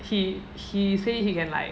he he say he can like